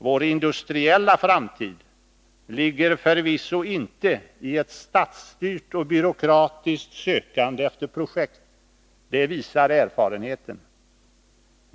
Vår industriella framtid ligger förvisso inte i ett statsstyrt och byråkratiskt sökande efter projekt — det visar erfarenheten.